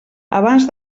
abans